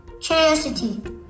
curiosity